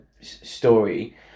story